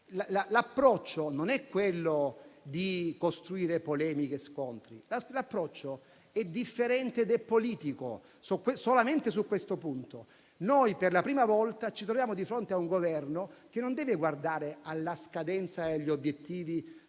l'approccio non è quello volto a costruire polemiche e scontri. L'approccio è differente ed è politico solamente su questo punto. Noi, per la prima volta, ci troviamo di fronte a un Governo che non deve guardare alla scadenza degli obiettivi del